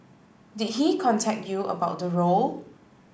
did he contact you about the role